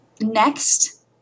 next